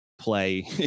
play